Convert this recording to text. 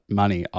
money